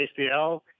ACL